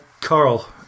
Carl